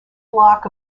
block